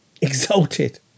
exalted